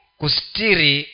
kustiri